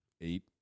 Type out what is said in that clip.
eight